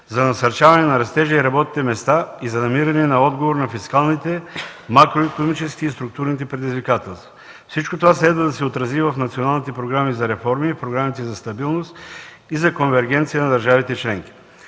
за насърчаване на растежа и работните места и за намиране на отговор на фискалните, макроикономическите и структурните предизвикателства. Всичко това следва да се отрази и в националните програми за реформи и в програмите за стабилност и за конвергенция на държавите членки.